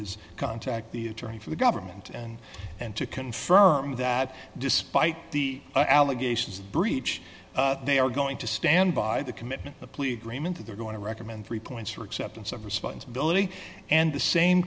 is contact the attorney for the government and and to confirm that despite the allegations of breach they are going to stand by the commitment a plea agreement that they're going to recommend three points for acceptance of responsibility and the same